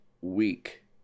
week